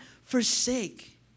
forsake